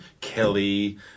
Kelly